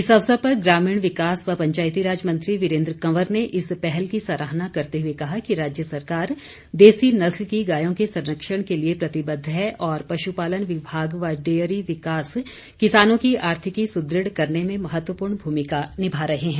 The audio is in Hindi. इस अवसर पर ग्रामीण विकास व पंचायतीराज मंत्री वीरेंद्र कवर ने इस पहल की सराहना करते हुए कहा कि राज्य सरकार देसी नस्ल की गायों के संरक्षण के लिए प्रतिबद्ध है और पशुपालन विभाग व डेयरी विकास किसानों की आर्थिकी सुदृढ़ करने में महत्वपूर्ण भूमिका निभा रहे हैं